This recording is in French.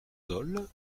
dole